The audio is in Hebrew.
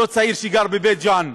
אותו צעיר שגר בבית ג'ן,